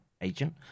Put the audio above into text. agent